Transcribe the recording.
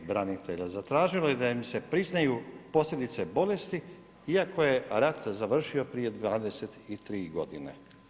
3995 branitelja zatražilo je da im se priznaju posljedice bolesti, iako je rat završio prije 23 godine.